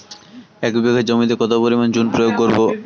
এক বিঘা জমিতে কত পরিমাণ চুন প্রয়োগ করব?